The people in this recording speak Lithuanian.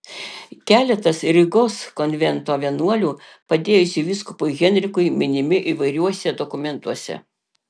keletas rygos konvento vienuolių padėjusių vyskupui henrikui minimi įvairiuose dokumentuose